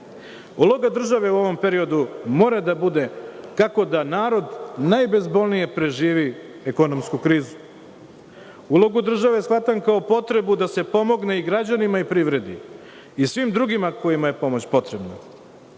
Uloga države u ovom periodu mora da bude kako da najbezbolnije narod preživi ekonomsku krizu. Ulogu države shvatam kao potrebu da se pomogne i građanima i privredi i svim drugima kojima je pomoć